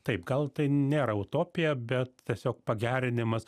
taip gal tai nėra utopija bet tiesiog pagerinimas